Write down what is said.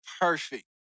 perfect